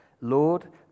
Lord